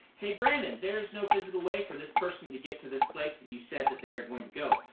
hey, brandon, there's no physical way for this person to get to this place that you said that they are going to go.